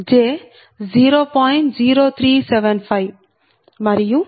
0375 మరియు ఇది j 0